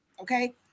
Okay